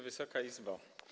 Wysoka Izbo!